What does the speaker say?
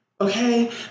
Okay